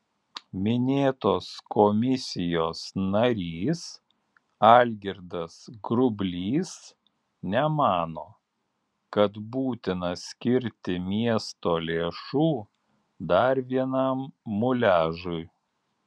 minėtos komisijos narys algirdas grublys nemano kad būtina skirti miesto lėšų dar vienam muliažui